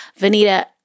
Vanita